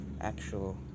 actual